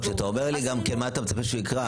גם כשאתה אומר לי: מה אתה מצפה שהוא יקרא?